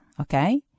Okay